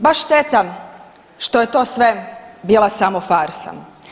Baš šteta što je to sve bila samo farsa.